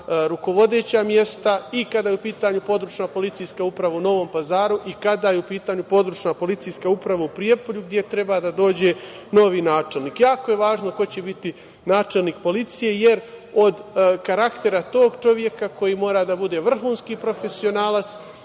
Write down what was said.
rukovodeća mesta i kada je u pitanju područna policijska uprava u Novom Pazaru i kada je u pitanju područna policijska uprava u Prijepolju, gde treba da dođe novi načelnik. Jako je važno ko će biti načelnik policije, jer od karaktera tog čoveka, koji mora da bude vrhunski profesionalac